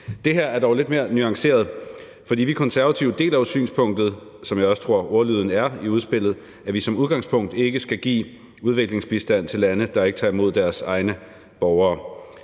Det her er dog lidt mere nuanceret, for vi i Konservative deler jo synspunktet, og sådan tror jeg også ordlyden er i udspillet, at vi som udgangspunkt ikke skal give udviklingsbistand til lande, der ikke tager imod deres egne borgere.